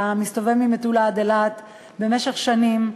אתה מסתובב ממטולה עד אילת במשך שנים,